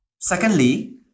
secondly